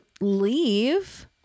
leave